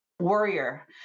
warrior